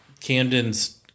Camden's